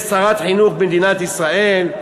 יש שרת חינוך במדינת ישראל,